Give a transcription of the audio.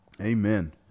Amen